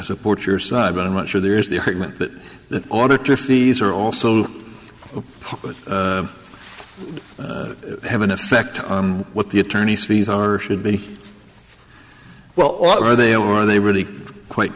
supports your side but i'm not sure there is the argument that the auditor fees are also have an effect on what the attorney's fees are should be well are they are they really quite